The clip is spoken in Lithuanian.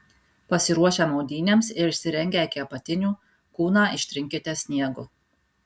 pasiruošę maudynėms ir išsirengę iki apatinių kūną ištrinkite sniegu